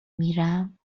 میرم